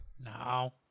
No